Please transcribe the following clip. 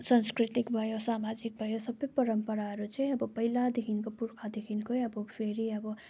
सांस्कृतिक भयो सामाजिक भयो सब परम्पराहरू चाहिँ अब पहिलादेखिको पुर्खादेखिको अब फेरि अब